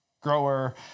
grower